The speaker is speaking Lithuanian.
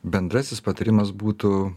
bendrasis patarimas būtų